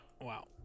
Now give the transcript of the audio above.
Wow